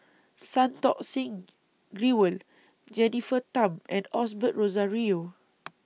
Santokh Singh Grewal Jennifer Tham and Osbert Rozario